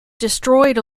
destroyed